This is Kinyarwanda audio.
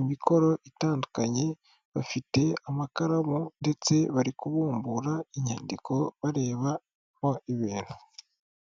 imikoro itandukanye, bafite amakaramu, ndetse bari kubumbura inyandiko barebaho ibintu.